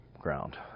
ground